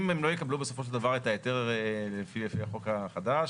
אם הן לא יקבלו בסופו של דבר את ההיתר לפי החוק החדש,